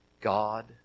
God